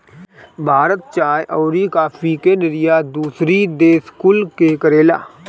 भारत चाय अउरी काफी के निर्यात दूसरी देश कुल के करेला